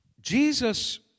Jesus